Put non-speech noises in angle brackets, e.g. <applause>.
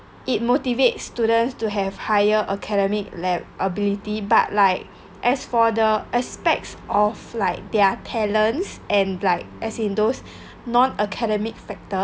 it motivates students to have higher academic like ability but like as for the aspects of like their talents and like as in those <breath> non academic factors